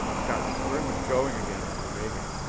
got very much going again under reagan.